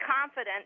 confident